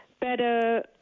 better